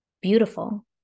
beautiful